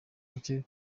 buke